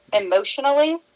emotionally